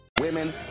Women